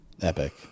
Epic